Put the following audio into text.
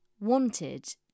wanted